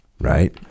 Right